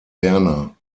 werner